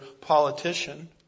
politician